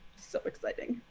so exciting.